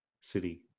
city